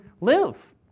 live